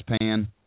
pan